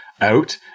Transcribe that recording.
out